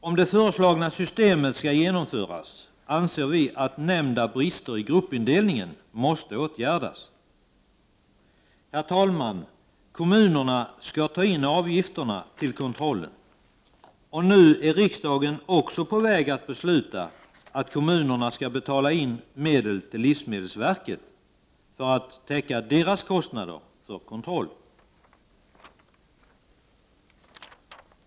Om det föreslagna systemet skall genomföras, anser vi att nämnda brister i gruppindelningen måste åtgärdas. Herr talman! Kommunerna skall ta in avgifterna till kontrollen. Nu är riksdagen också på väg att besluta att kommunerna skall betala in medel till livsmedelsverket för att täcka verkets kostnader för kontroll.